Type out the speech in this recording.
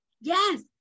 yes